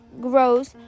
grows